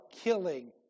killing